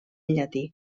llatí